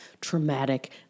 traumatic